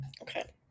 Okay